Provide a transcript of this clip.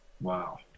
Wow